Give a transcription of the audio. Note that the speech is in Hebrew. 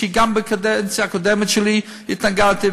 גם בקדנציה הקודמת שלי התנגדתי,